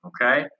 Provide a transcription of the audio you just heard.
okay